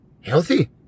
healthy